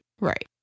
Right